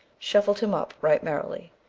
shuffled him up right merrily,